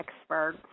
Expert